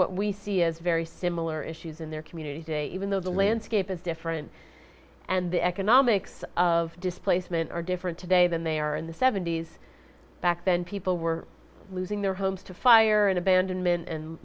what we see as very similar issues in their community day even though the landscape is different and the economics of displacement are different today than they are in the seventy's back then people were losing their homes to fire and abandonment and